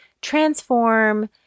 transform